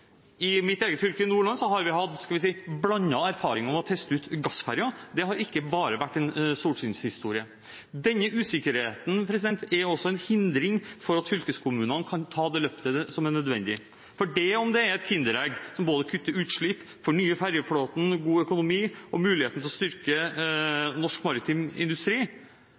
I mitt eget fylke, Nordland, har vi hatt – skal vi si – blandede erfaringer med å teste ut gassferjer, det har ikke bare vært en solskinnshistorie. Denne usikkerheten er også en hindring for at fylkeskommunene kan ta det løftet som er nødvendig. Fordi om det er et kinderegg som både kutter utslipp, fornyer ferjeflåten, har god økonomi og muligheten til å styrke norsk maritim industri,